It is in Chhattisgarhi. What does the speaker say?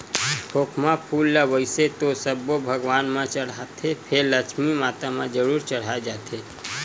खोखमा फूल ल वइसे तो सब्बो भगवान म चड़हाथे फेर लक्छमी माता म जरूर चड़हाय जाथे